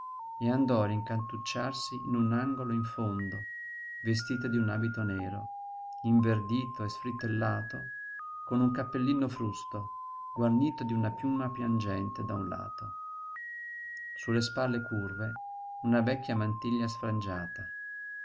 e andò a rincantucciarsi in un angolo in fondo vestita di un abito nero inverdito e sfrittellato con un cappellino frusto guarnito di una piuma piangente da un lato su le spalle curve una vecchia mantiglia sfrangiata